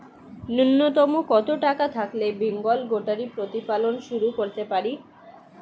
নূন্যতম কত টাকা থাকলে বেঙ্গল গোটারি প্রতিপালন শুরু করতে পারি?